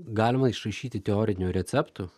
galima išraišyti teorinių receptų